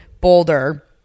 Boulder